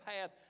path